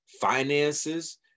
finances